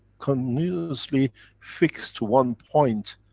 continuously fixed to one point,